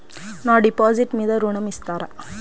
నా డిపాజిట్ మీద ఋణం ఇస్తారా?